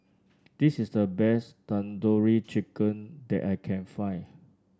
this is the best Tandoori Chicken that I can find